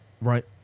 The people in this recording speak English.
Right